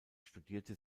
studierte